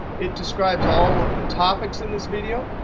it describes all of the topics in this video.